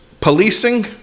policing